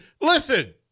Listen